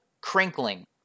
crinkling